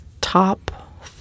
Top